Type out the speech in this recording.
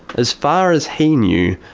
as far as he knew,